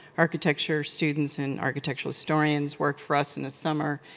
architecture students and architectural historians work for us in the summer.